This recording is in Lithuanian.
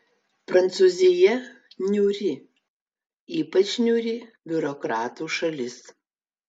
prancūzija niūri ypač niūri biurokratų šalis